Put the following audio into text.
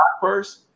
first